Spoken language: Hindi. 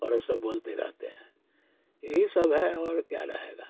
और सब बोलते रहते हैं यही सब है और क्या रहेगा